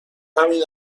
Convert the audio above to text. همین